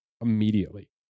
immediately